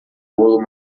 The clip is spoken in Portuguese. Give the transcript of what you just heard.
bolo